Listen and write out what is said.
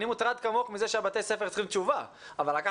אני מוטרד כמוך מזה שבתי הספר צריכים תשובה אבל לקח